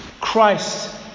Christ